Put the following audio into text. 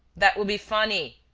that would be funny!